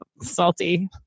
salty